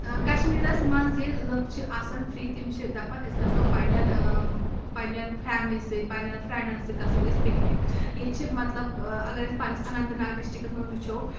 کشمیٖرَس منٛز ییٚلہِ لُکھ چھِ آسان فری تِم چھِ دَپان أسۍ گژھو پنٕنؠن پنٕنؠن فیملی سۭتۍ پَنٕنؠن فرٛؠنٛڈَن سۭتۍ گژھو أسۍ پِکنِک ییٚتہِ چھِ مطلب اگر أسۍ پَنٕنِس اننت ناگ ڈِسٹِرٛکَس منٛز وٕچھو